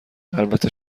البته